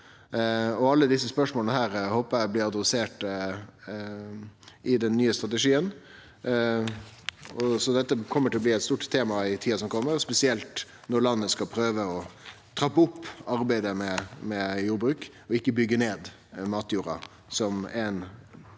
Alle desse spørsmåla håpar eg blir tatt opp i den nye strategien. Dette kjem til å bli eit stort tema i tida som kjem, spesielt når landet skal prøve å trappe opp arbeidet med jordbruk og ikkje bygge ned matjorda, som er